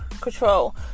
control